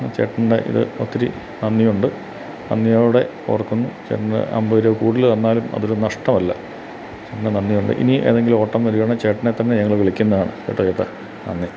ചേട്ടൻ്റെ ഇത് ഒത്തിരി നന്ദിയുണ്ട് നന്ദിയോടെ ഓർക്കുന്നു ചേട്ടന് അൻപത് രൂപ കൂടുതൽ തന്നാലും അതൊരു നഷ്ടമല്ല നന്ദിയുണ്ട് ഇനി ഏതെങ്കിലും ഓട്ടം വരുവാണേ ചേട്ടനെത്തന്നെ ഞങ്ങൾ വിളിക്കുന്നതാണ് കേട്ടോ ചേട്ടാ നന്ദി